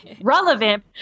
relevant